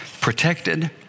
protected